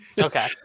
Okay